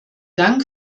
dank